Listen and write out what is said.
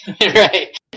right